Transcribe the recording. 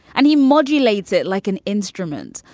and he modulates it like an instrument.